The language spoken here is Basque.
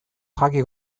jaki